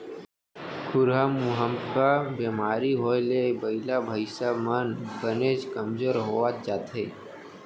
खुरहा मुहंपका बेमारी होए ले बइला भईंसा मन बनेच कमजोर होवत जाथें